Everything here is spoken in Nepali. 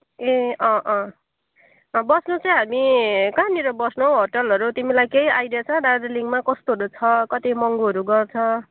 ए अँ अँ बस्नु चाहिँ हामी कहाँनिर बस्नु हो होटेलहरू तिमीलाई केही आइडिया छ दार्जिलिङमा कस्तोहरू छ कति महँगोहरू गर्छ